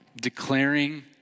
declaring